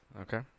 Okay